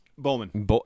Bowman